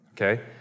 okay